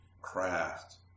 craft